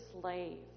slave